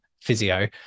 physio